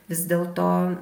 vis dėl to